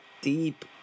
deep